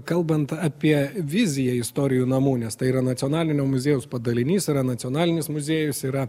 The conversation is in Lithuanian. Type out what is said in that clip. kalbant apie viziją istorijų namų nes tai yra nacionalinio muziejaus padalinys yra nacionalinis muziejus yra